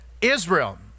Israel